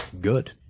good